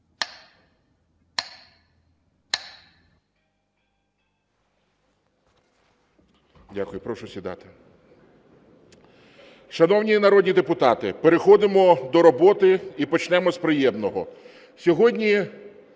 Дякую, прошу сідати. Шановні народні депутати, переходимо до роботи і почнемо з приємного.